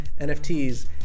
nfts